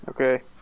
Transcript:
Okay